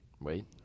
Wait